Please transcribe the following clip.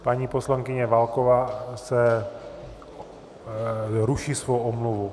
Paní poslankyně Válková ruší svou omluvu.